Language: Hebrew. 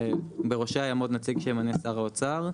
בראשה יעמוד נציג שימנה שר האוצר,